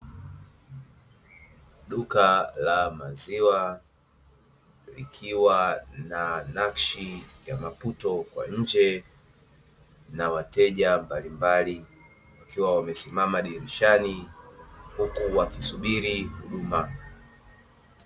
Duka la maziwa likiwa na nakshi ya maputo kwa nje, na wateja mbalimbali wakiwa wamesimama dirishani, huku wakisubiri huduma.